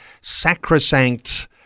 sacrosanct